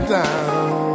down